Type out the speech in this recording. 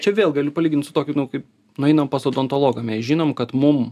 čia vėl galiu palygint su tokiu nu kaip nueinam pas odontologą mes žinom kad mum